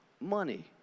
money